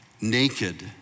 naked